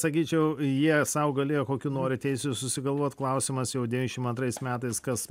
sakyčiau jie sau galėjo kokių nori teisių susigalvot klausimas jau devyniasdešimt antrais metais kas